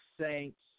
Saints